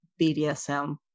BDSM